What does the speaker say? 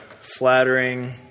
flattering